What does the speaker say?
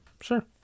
Sure